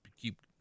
Keep